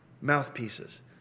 mouthpieces